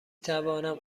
توانم